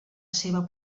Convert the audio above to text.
seva